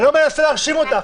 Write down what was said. אני לא מנסה להרשים אותך,